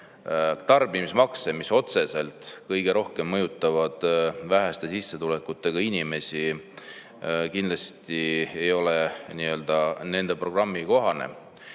tarbimismakse, mis otseselt kõige rohkem mõjutavad väheste sissetulekutega inimesi, kindlasti ei ole nende programmi kohane.